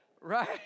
right